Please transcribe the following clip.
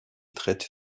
traite